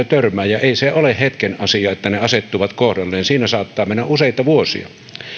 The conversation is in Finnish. törmäävät ja ei se ole hetken asia että ne asettuvat kohdalleen siinä saattaa mennä useita vuosia